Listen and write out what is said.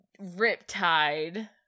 riptide